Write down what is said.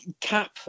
Cap